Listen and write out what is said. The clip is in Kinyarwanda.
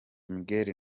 magnell